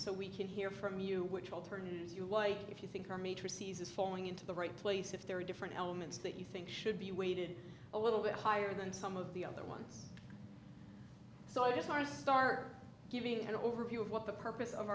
so we can hear from you which alternatives you like if you think are matrices is falling into the right place if there are different elements that you think should be weighted a little bit higher than some of the other ones so i guess our start giving an overview of what the purpose of